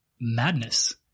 madness